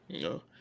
No